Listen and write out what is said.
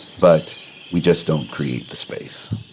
but we just don't create the space.